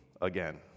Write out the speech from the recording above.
again